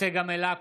צגה מלקו,